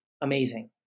amazing